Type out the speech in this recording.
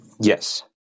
Yes